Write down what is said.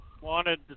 wanted